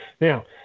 Now